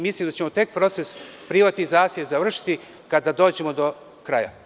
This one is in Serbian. Mislim da ćemo taj proces privatizacije završiti kada dođemo do kraja.